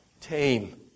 tame